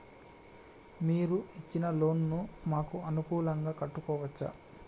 మీరు ఇచ్చిన లోన్ ను మాకు అనుకూలంగా కట్టుకోవచ్చా?